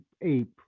Ape